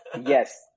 Yes